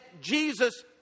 Jesus